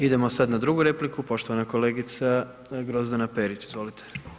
Idemo sada na drugu repliku, poštovana kolegica Grozdana Perić, izvolite.